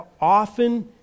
often